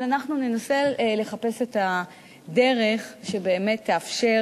אבל אנחנו ננסה לחפש את הדרך שבאמת תאפשר